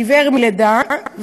עיוור מלידה.